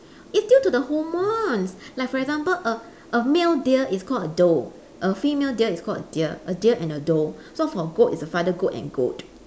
it's due to the hormones like for example a a male deer is called a doe a female deer is called a deer a deer and a doe so for goat is the father goat and goat